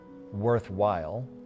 worthwhile